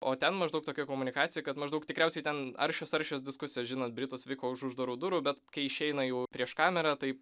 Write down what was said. o ten maždaug tokia komunikacija kad maždaug tikriausiai ten aršios aršios diskusijos žinant britus vyko už uždarų durų bet kai išeina jau prieš kamerą tai